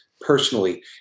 personally